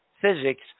physics